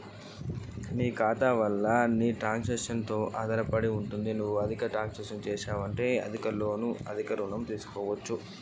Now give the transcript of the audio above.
నా ఖాతా ద్వారా నేను ఎంత ఋణం పొందచ్చు?